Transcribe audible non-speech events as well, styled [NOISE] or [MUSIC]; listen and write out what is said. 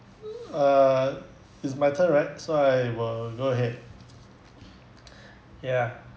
[NOISE] uh it's my turn right so I will go ahead [NOISE] [BREATH] ya